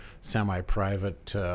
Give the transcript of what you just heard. semi-private